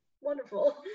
wonderful